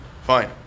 Fine